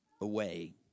away